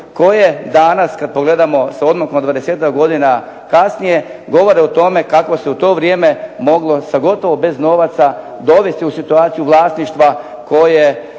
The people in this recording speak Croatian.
koje danas kad pogledamo sa odmakom od 20-ak godina kasnije govore o tome kako se u to vrijeme moglo sa gotovo bez novaca dovesti u situaciju vlasništva koje